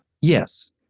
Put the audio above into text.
yes